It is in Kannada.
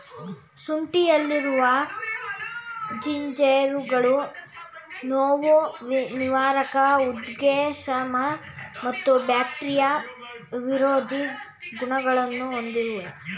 ಶುಂಠಿಯಲ್ಲಿರುವ ಜಿಂಜೆರೋಲ್ಗಳು ನೋವುನಿವಾರಕ ಉದ್ವೇಗಶಾಮಕ ಮತ್ತು ಬ್ಯಾಕ್ಟೀರಿಯಾ ವಿರೋಧಿ ಗುಣಗಳನ್ನು ಹೊಂದಿವೆ